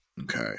Okay